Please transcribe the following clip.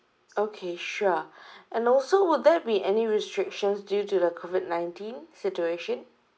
okay sure and also would there be any restrictions due to the COVID nineteen situation